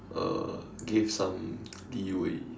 uh gave some leeway